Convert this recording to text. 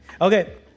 Okay